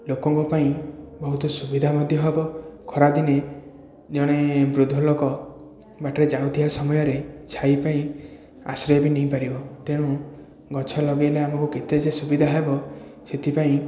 ଲୋକଙ୍କ ପାଇଁ ବହୁତ ସୁବିଧା ମଧ୍ୟ ହେବ ଖରା ଦିନେ ଜଣେ ବୃଦ୍ଧ ଲୋକ ବାଟରେ ଯାଉଥିବା ସମୟରେ ଛାଇ ପାଇଁ ଆଶ୍ରୟ ବି ନେଇପାରିବ ତେଣୁ ଗଛ ଲଗେଇଲେ ଆମକୁ କେତେ ଯେ ସୁବିଧା ହେବ ସେଥିପାଇଁ